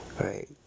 Right